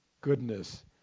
goodness